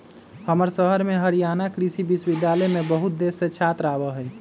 हमर शहर में हरियाणा कृषि विश्वविद्यालय में बहुत देश से छात्र आवा हई